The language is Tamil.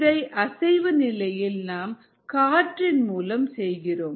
இந்த அசைவு நிலையை நாம் காற்றின் மூலம் செய்கிறோம்